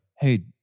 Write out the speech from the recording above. hey